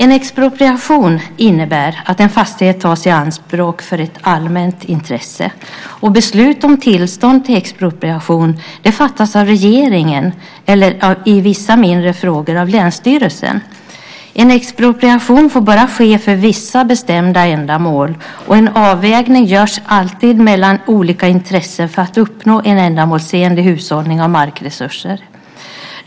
En expropriation innebär att en fastighet tas i anspråk för ett allmänt intresse. Beslut om tillstånd till expropriation fattas av regeringen eller, i vissa mindre frågor, av länsstyrelsen. En expropriation får ske bara för vissa bestämda ändamål. En avvägning görs alltid mellan olika intressen för att uppnå en ändamålsenlig hushållning av markresurser.